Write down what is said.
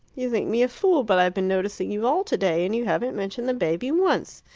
you think me a fool, but i've been noticing you all today, and you haven't mentioned the baby once.